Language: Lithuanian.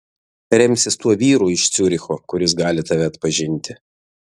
remsis tuo vyru iš ciuricho kuris gali tave atpažinti